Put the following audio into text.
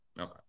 okay